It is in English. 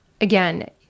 Again